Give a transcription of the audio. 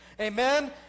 Amen